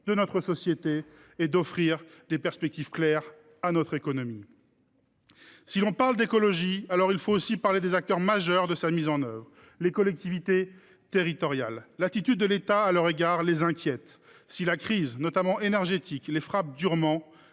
de notre société et d’offrir des perspectives claires à notre économie. Si l’on parle d’écologie, alors il faut aussi parler des acteurs majeurs de sa mise en œuvre : les collectivités territoriales. L’attitude de l’État à leur égard les inquiète. Si la crise, notamment énergétique, les frappe durement,